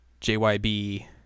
JYB